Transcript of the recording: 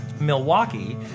Milwaukee